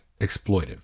exploitive